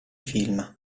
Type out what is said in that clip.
film